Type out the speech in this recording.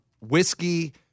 whiskey